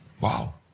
Wow